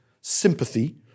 sympathy